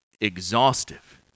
exhaustive